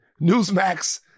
Newsmax